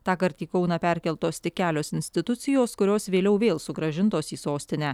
tąkart į kauną perkeltos tik kelios institucijos kurios vėliau vėl sugrąžintos į sostinę